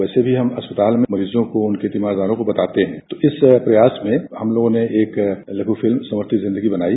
वैसे मैं अस्पताल में मरीजो को एवं उनके तीमरदारो को बताते हैं तो इस प्रयास में हम लोगों ने एक लघु फिल्म संवरती जिन्दगी बनाई